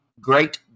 great